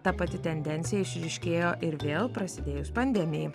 ta pati tendencija išryškėjo ir vėl prasidėjus pandemijai